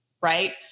right